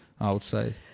outside